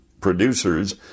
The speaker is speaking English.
producers